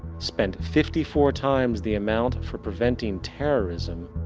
spent fifty four times the amount for preventing terrorism,